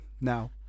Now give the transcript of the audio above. now